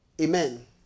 Amen